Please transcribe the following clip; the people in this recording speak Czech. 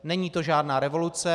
Není to žádná revoluce.